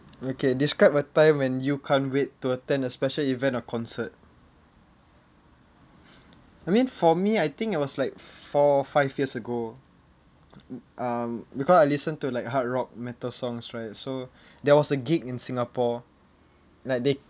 okay describe a time when you can't wait to attend a special event or concert I mean for me I think it was like four five years ago um because I listen to like hard rock metal songs right so there was a gig in singapore like they